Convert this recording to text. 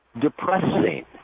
depressing